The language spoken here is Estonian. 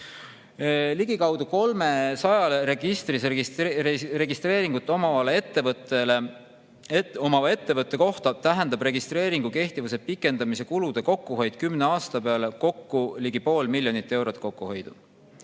Ligikaudu 300 registreeringut omava ettevõtte kohta tähendab registreeringu kehtivuse pikendamine kümne aasta peale kokku ligi pool miljonit eurot kokkuhoidu.